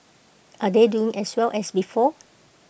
are they doing as well as before